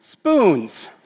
spoons